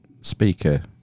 speaker